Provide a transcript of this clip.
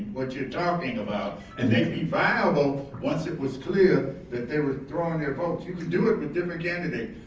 what you're talking about and they'd be viable once it was clear that they were throwing their votes. you could do it with different candidates